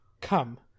Come